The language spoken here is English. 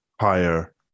higher